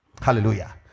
Hallelujah